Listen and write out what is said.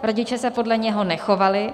Rodiče se podle něho nechovali.